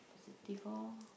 thirty four